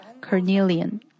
Carnelian